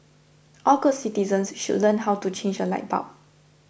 all good citizens should learn how to change a light bulb